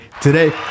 Today